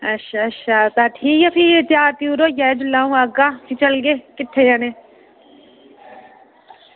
अच्छा अच्छा तां ठीक ऐ भी त्यार होई जायो जेल्लै अंऊ आह्गा ते चलगै किट्ठे जनें